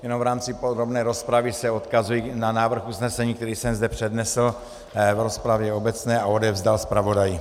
Jenom v rámci podrobné rozpravy se odkazuji na návrh usnesení, který jsem zde přednesl v rozpravě obecné a odevzdal zpravodaji.